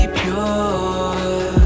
pure